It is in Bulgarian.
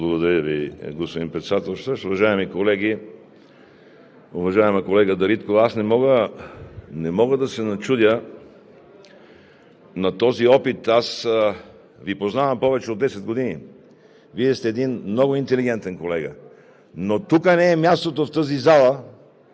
Благодаря Ви, господин Председателстващ. Уважаеми колеги! Уважаема колега Дариткова, аз не мога да се начудя на този опит – аз Ви познавам повече от 10 години, Вие сте един много интелигентен колега, тук обаче не е мястото – в тази зала,